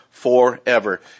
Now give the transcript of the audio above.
forever